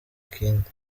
kindi